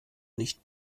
nicht